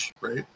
right